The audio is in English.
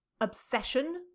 obsession